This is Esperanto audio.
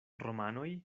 romanoj